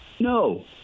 No